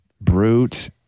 Brute